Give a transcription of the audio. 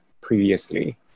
previously